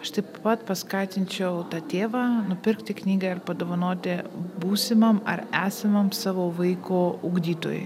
aš taip pat paskatinčiau tą tėvą nupirkti knygą ir padovanoti būsimam ar esamam savo vaiko ugdytojai